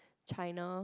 China